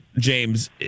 James